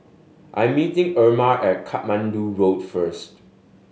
I'm meeting Irma at Katmandu Road first